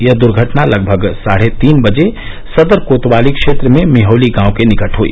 यह दुर्घटना लगभग साढ़े तीन बजे सदर कोतवाली क्षेत्र में मिहोली गांव के निकट हुई